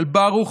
של ברוך,